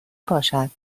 پاشد